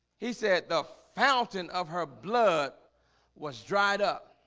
he said the fountain of her blood was dried up